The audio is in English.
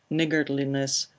niggardliness,